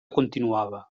continuava